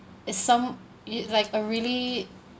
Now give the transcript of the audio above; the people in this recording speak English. it's some you like a really